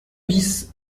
bis